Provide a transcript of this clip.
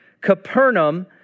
Capernaum